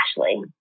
Ashley